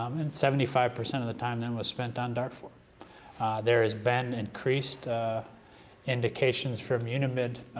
um and seventy five percent of the time then was spent on darfur. there has been increased indications from yeah unamid